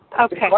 Okay